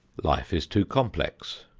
life is too complex,